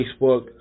Facebook